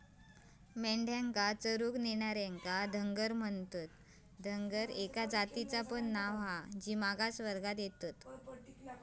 मेंढ्यांका चरूक नेणार्यांका धनगर बोलतत, धनगर एका जातीचा पण नाव हा जी मागास वर्गात येता